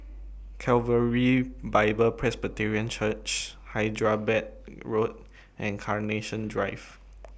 Calvary Bible Presbyterian Church Hyderabad Road and Carnation Drive